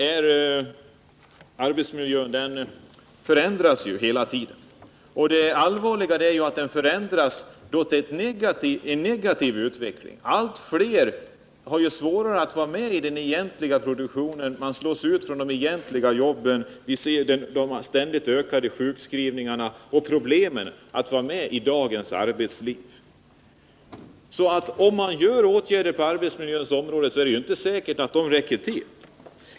Men arbetsmiljön förändras ju hela tiden, och det allvarliga är att den förändras i negativ riktning. Allt fler människor får allt svårare att vara med i den egentliga produktionen. De slås ut från de egentliga jobben. Det kan man se av exempelvis de ständigt ökade sjukskrivningarna, som visar på problemen för människorna att vara med i dagens arbetsliv. Om man vidtar åtgärder på arbetsmiljöns område är det inte säkert att de räcker till.